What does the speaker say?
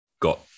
Got